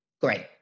great